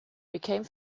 became